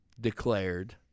declared